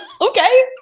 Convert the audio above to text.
Okay